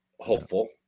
hopeful